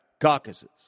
caucuses